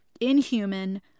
inhuman